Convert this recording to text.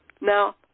Now